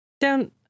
down